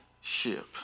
ship